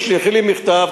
תשלחי לי מכתב,